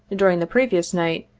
during the previous night,